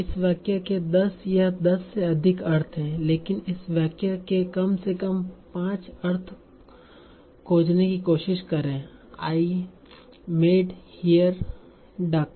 इस वाक्य के 10 या 10 से अधिक अर्थ हैं लेकिन इस वाक्य के कम से कम 5 अर्थ खोजने की कोशिश करें आई मेड हियर डक